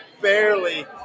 barely